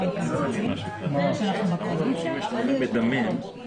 פרשנויות מיוחדות כל הציניקנים למיניהם.